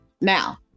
Now